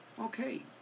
Okay